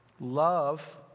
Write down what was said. Love